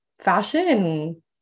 fashion